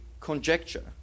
conjecture